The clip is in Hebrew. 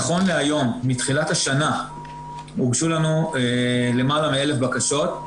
נכון להיום מתחילת השנה הוגשו לנו למעלה מ-1,000 בקשות,